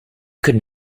could